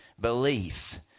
belief